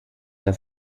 das